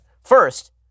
First